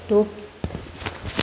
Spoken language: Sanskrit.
टो